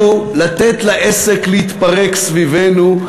האם עלינו לתת לעסק להתפרק סביבנו?